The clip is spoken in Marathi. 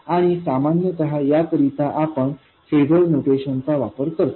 आणि सामान्यत याकरिता आपण फेजर नोटेशन चा वापर करतो